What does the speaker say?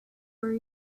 are